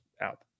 out